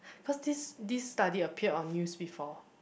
cause this this study appear on news before